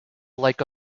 like